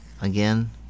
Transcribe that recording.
again